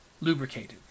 lubricated